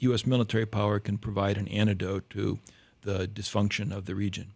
s military power can provide an antidote to the dysfunction of the region